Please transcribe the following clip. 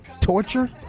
torture